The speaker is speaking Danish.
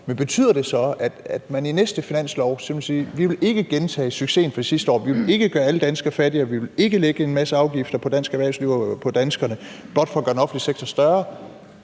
Men betyder det så, at man ved næste finanslov ikke vil gentage succesen fra sidste år? Man vil ikke gøre alle danskere fattigere, vi vil ikke lægge en masse afgifter på dansk erhvervsliv og på danskerne blot for at gøre den offentlige sektor større.